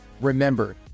Remember